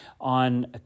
on